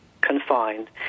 confined